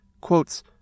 quotes